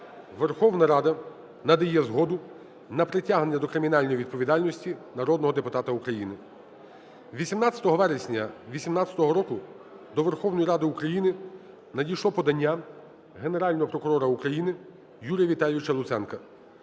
Верховна Рада надає згоду на притягнення до кримінальної відповідальності народного депутата України. 18 вересня 18-го року до Верховної Ради України надійшло подання Генерального прокурора України Юрія Віталійовича Луценка